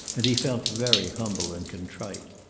and he felt very humble and contrite.